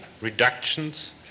reductions